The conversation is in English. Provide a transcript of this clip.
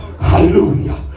Hallelujah